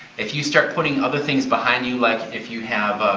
if you start putting other things behind you, like if you have